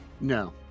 no